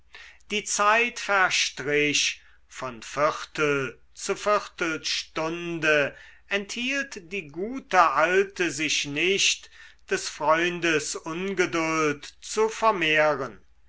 die zeit verstrich von viertel zu viertelstunde enthielt die gute alte sich nicht des freundes ungeduld zu vermehren